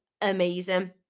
Amazing